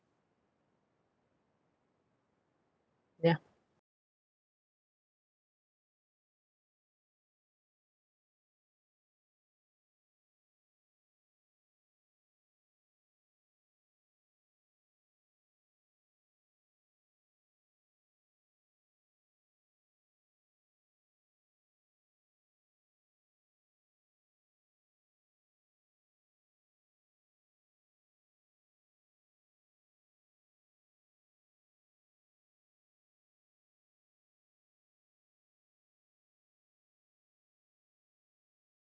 yeah